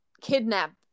kidnap